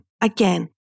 Again